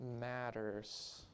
matters